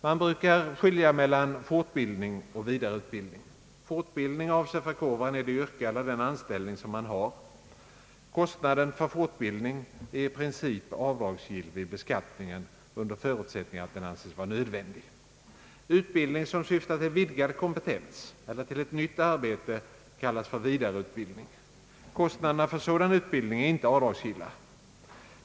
Man brukar skilja mellan fortbildning och vidareutbildning. Fortbildning avser förkovran i det yrke eller den anställning som man har. Kostnaden för fortbildning är i princip avdragsgill vid beskattningen, under förutsättning att den anses nödvändig. Utbildning som syftar till vidgad kompetens — eller till ett nytt arbete — kallas för vidareutbildning. Kostnaderna för sådan utbildning är inte avdragsgilla.